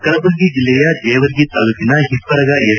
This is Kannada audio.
ಕಲಬುರಗಿ ಜಿಲ್ಲೆಯ ಜೇವರ್ಗಿ ತಾಲೂಕಿನ ಹಿಪ್ಪರಗ ಎಸ್